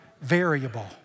variable